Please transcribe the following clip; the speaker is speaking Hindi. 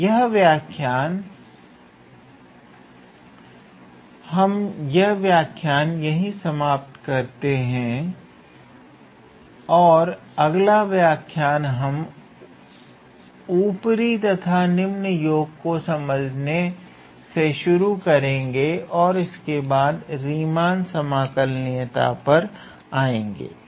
हम यह व्याख्यान यहीं समाप्त करते हैं और अगला व्याख्यान हम ऊपरी तथा निम्न योग को समझने से शुरू करेंगे और इसके बाद रीमान समाकलनीयता पर आएंगे